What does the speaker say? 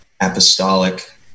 apostolic